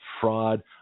fraud